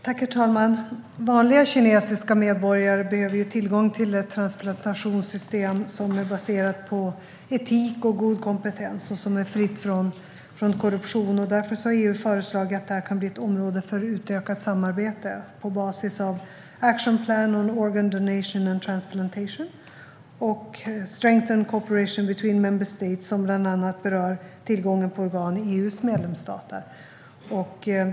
Herr talman! Vanliga kinesiska medborgare behöver tillgång till ett transplantationssystem som är baserat på etik och god kompetens och som är fritt från korruption. Därför har EU föreslagit att detta kan bli ett område för utökat samarbete på basis av Action Plan on Organ Donation and Transplantation - Strengthened Cooperation between Member States, som bland annat berör tillgången på organ i EU:s medlemsstater.